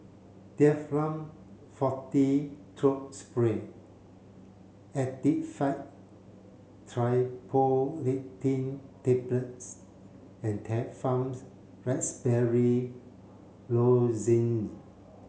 Difflam Forte Throat Spray Actifed Triprolidine Tablets and Difflam Raspberry Lozenge